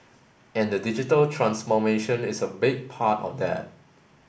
and the digital transformation is a big part of that